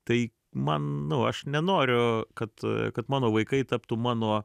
tai man nu aš nenoriu kad kad mano vaikai taptų mano